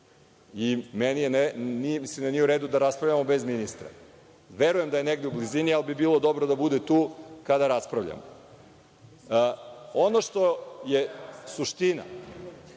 i mislim da nije uredu da raspravljamo bez ministra. Verujem da je negde u blizini, ali bi bilo dobro da bude tu kada raspravljamo. Ono što je suština